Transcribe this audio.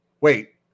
Wait